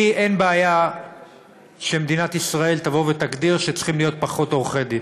לי אין בעיה שמדינת ישראל תבוא ותגדיר שצריכים להיות פחות עורכי-דין,